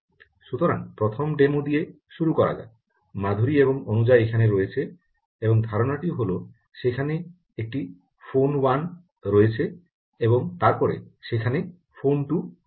সুতরাং প্রথম ডেমো দিয়ে শুরু করা যাক মাধুরী এবং অনুজা এখানে রয়েছে এবং ধারণাটি হল সেখানে একটি ফোন 1 রয়েছে এবং তারপরে সেখানে ফোন 2 রয়েছে